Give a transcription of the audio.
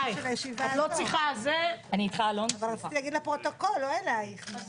הישיבה ננעלה בשעה 09:54.